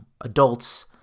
adults